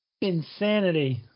Insanity